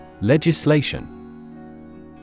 Legislation